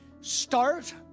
Start